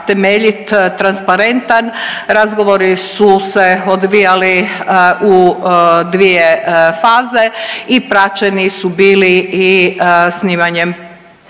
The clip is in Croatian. temeljit i transparentan, razgovori su se odvijali u dvije faze i praćeni su bili i snimanjem